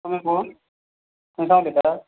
तुमी कोण खंयसान उलयता